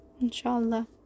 inshallah